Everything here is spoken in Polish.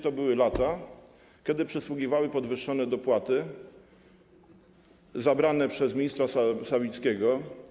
To były lata, kiedy przysługiwały podwyższone dopłaty zabrane przez ministra Sawickiego.